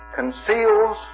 conceals